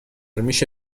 میشه